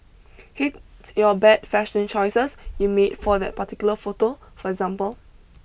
hate your bad fashion choices you made for that particular photo for example